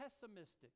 pessimistic